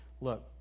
Look